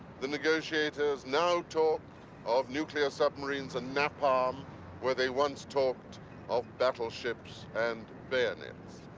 the negotiators now talk of nuclear submarines and napalm where they once talked of battleships and bayonets.